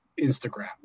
Instagram